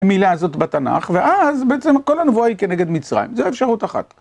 המילה הזאת בתנ״ך, ואז, בעצם כל הנבואה היא כנגד מצרים, זו אפשרות אחת.